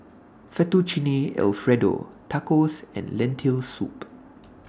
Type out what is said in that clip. Fettuccine Alfredo Tacos and Lentil Soup